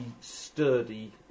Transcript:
sturdy